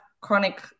chronic